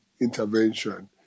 intervention